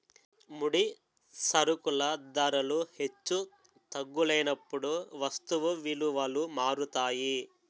ముడి సరుకుల ధరలు హెచ్చు తగ్గులైనప్పుడు వస్తువు విలువలు మారుతాయి